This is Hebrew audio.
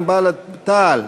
חד"ש, רע"ם, בל"ד, תע"ל.